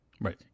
Right